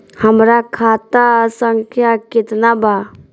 हमरा खाता संख्या केतना बा?